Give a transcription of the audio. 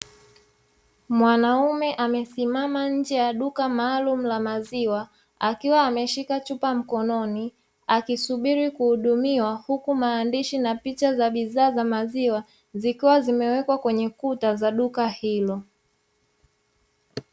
Mwanaume amesimama mbele ya duka maalumu la maziwa, akiwa ameshika chupa mkononi akisubiri kuhudumiwa huku maandishi na picha za bidhaa za maziwa zikiwa zimewekwa kwenye kuta za duka hilo.